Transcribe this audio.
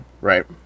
right